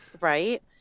right